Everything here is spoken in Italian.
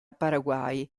paraguay